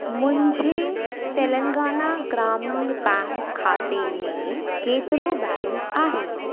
मुंहिंजे तेलंगाना ग्रामीण बैंक खाते में केतिरो बैलेंस आहे